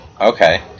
Okay